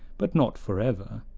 but not forever.